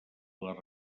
les